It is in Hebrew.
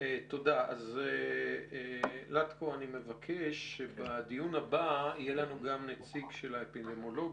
אני מבקש ממנהל הוועדה שבדיון הבא יהיה לנו גם נציג של האפידמיולוגים.